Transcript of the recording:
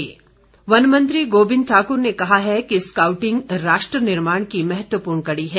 गोबिंद वन मंत्री गोबिंद ठाक्र ने कहा है कि स्काउटिंग राष्ट्र निर्माण की महत्वपूर्ण कड़ी है